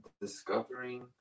discovering